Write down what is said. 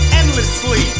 endlessly